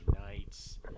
nights